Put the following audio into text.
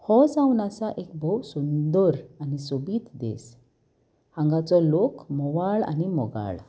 हो जावन आसा एक भोव सुंदोर आनी सोबीत देस हांगाचो लोक मोवाळ आनी मोगाळ